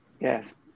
yes